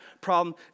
problem